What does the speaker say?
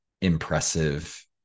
impressive